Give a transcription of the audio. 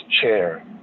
chair